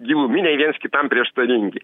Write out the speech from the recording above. giluminiai viens kitam prieštaringi